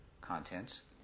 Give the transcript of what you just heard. contents